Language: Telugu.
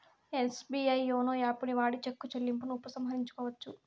ఎస్బీఐ యోనో యాపుని వాడి చెక్కు చెల్లింపును ఉపసంహరించుకోవచ్చు